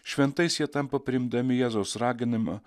šventais jie tampa priimdami jėzaus raginimą